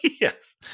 yes